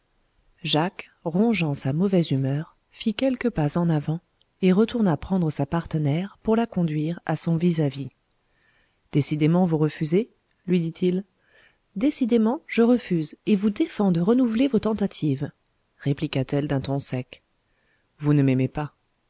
jacques rongeant sa mauvaise humeur fit quelques pas en avant et retourna prendre sa partenaire pour la conduire à son vis-à-vis décidément vous refusez lui dit-il décidément je refuse et vous défends de renouveler vos tentatives répliqua-t-elle d'un ton sec vous ne m'aimez pas